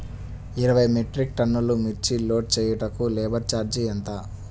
ఇరవై మెట్రిక్ టన్నులు మిర్చి లోడ్ చేయుటకు లేబర్ ఛార్జ్ ఎంత?